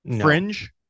Fringe